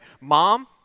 mom